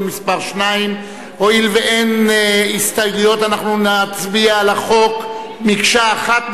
מס' 2). הואיל ואין הסתייגויות אנחנו נצביע על החוק מקשה אחת,